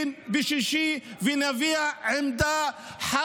במוצאי שבת יש הפגנה ומפגינים.